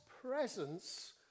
presence